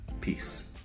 Peace